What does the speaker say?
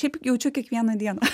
šiaip jaučiu kiekvieną dieną